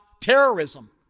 terrorism